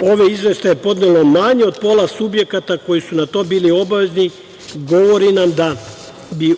ove izveštaje podnelo manje od pola subjekata koji su na to bili obavezni govori nam da bi